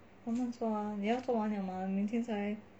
慢慢做啊你要做完了吗明天再来